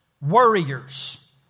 worriers